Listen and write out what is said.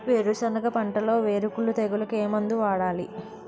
వేరుసెనగ పంటలో వేరుకుళ్ళు తెగులుకు ఏ మందు వాడాలి?